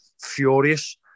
furious